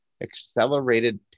accelerated